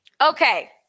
Okay